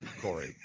Corey